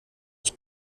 ich